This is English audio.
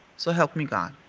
so help me god.